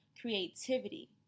creativity